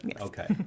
Okay